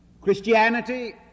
Christianity